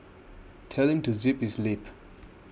tell him to zip his lip